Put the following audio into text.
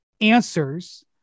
answers